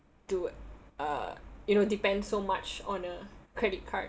to uh you know depend so much on a credit card